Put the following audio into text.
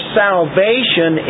salvation